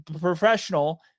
professional